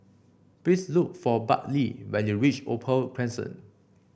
please look for Bartley when you reach Opal Crescent